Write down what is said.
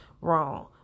Wrong